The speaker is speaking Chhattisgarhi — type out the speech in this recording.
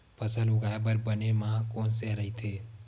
फसल उगाये बर बने माह कोन से राइथे?